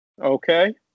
Okay